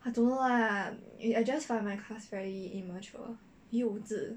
I don't know lah I just find my class very immature 幼稚